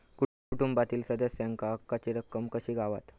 कुटुंबातील सदस्यांका हक्काची रक्कम कशी गावात?